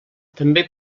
també